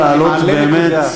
אני מעלה נקודה.